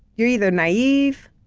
you're either naive,